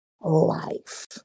life